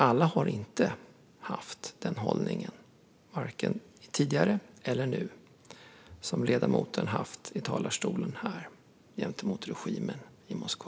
Alla har inte haft den hållning, varken tidigare eller nu, som ledamoten har i talarstolen här gentemot regimen i Moskva.